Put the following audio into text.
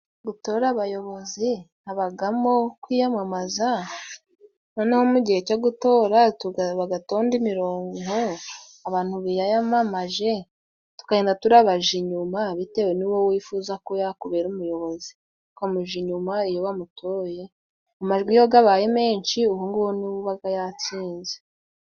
Gutora abayobozi habagamo kwiyamamaza. Noneho mu gihe cyo gutora bagatonda imirongo, abantu biyamamaje tukagenda turabaja inyuma bitewe n'uwo wifuza ko yakubera umuyobozi. Ukamuj 'inyuma iyo wamutoye. Amajwi iyogabaye menshi uwonguwo ni wubaga yatsinze.